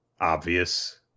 obvious